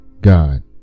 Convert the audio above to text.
God